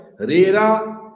RERA